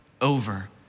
over